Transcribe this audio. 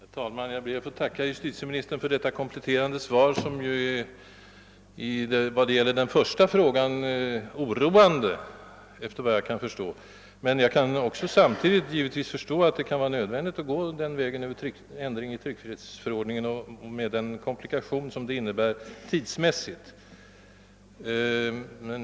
Herr talman! Jag ber att få tacka justitieministern för detta kompletterande svar som i vad det gäller den första frågan är oroande, efter vad jag kan förstå. Men jag kan samtidigt givetvis inse, att det kan bli nödvändigt att gå vägen över en ändring i tryckfrihetsförordningen med den komplikation som detta innebär tidsmässigt.